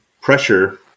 pressure